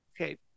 Okay